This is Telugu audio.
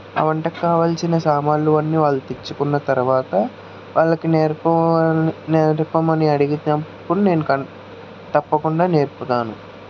ఆ వంటకి కావల్సిన సామానులు అన్నీ వాళ్ళు తెచ్చుకున్న తర్వాత వాళ్ళకి నెర్పో నేర్పమని అడిగినప్పుడు నేను తప్పకుండా నేర్పుతాను